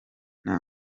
nta